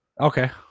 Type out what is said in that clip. Okay